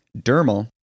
dermal